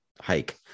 hike